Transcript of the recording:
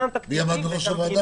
מי עמד בראש הוועדה?